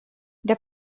для